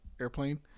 airplane